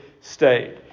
state